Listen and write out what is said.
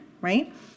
right